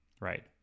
right